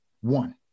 one